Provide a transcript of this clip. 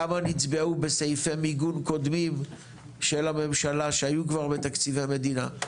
כמה נצבעו בסעיפי מיגון קודמים של הממשלה שהיו כבר בתקציבי המדינה?